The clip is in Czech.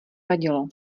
vadilo